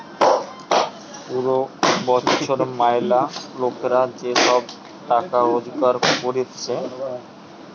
পুরা বছর ম্যালা লোকরা যে সব টাকা রোজগার করতিছে